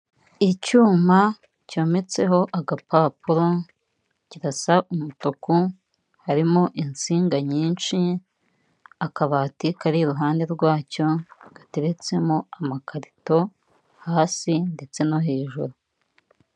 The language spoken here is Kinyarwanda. Icyuma cyometseho agapapuro kirasa umutuku harimo insinga nyinshi, akabati, kari iruhande rwacyo gateretsemo amakarito hasi ndetse no hejuru.